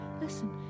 listen